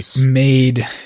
made